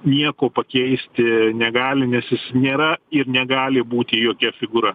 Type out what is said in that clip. nieko pakeisti negali nes jis nėra ir negali būti jokia figūra